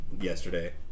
yesterday